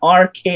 RK